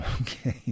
Okay